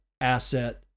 asset